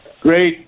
great